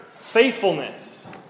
faithfulness